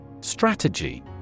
Strategy